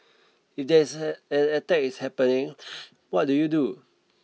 if there's an an attack is happening what do you do